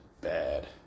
bad